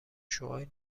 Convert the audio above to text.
شعاع